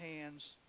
hands